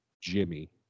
Jimmy